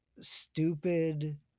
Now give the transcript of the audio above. stupid